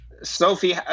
Sophie